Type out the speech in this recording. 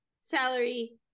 salary